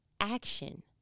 action